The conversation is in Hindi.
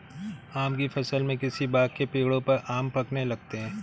आम की फ़सल में किसी बाग़ के पेड़ों पर आम पकने लगते हैं